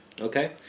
okay